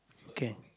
K